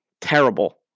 terrible